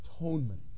atonement